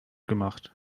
gemacht